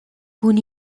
cun